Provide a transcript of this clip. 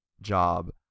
job